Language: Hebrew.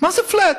מה זה flat?